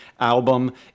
album